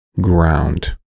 ground